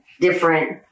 different